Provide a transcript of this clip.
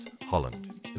Holland